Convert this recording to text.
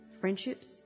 friendships